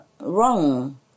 wrong